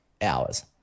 hours